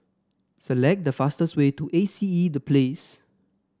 select the fastest way to A C E The Place